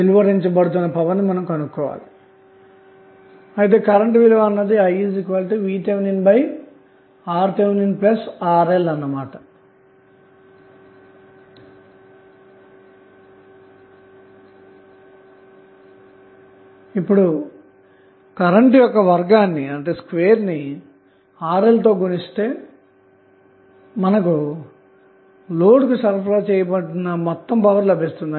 కాబట్టి కరెంటు విలువ అన్నది iVThRThRL ఉంటుంది అన్నమాట అప్పుడు కరెంటు యొక్క వర్గాన్ని RL తో గుణిస్తే లోడ్కు సరఫరా చేయబడిన మొత్తం పవర్ లభిస్తుంది